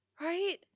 Right